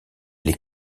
les